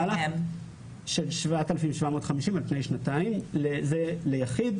מעל הכנסה של 7,750 על פני שנתיים ליחיד.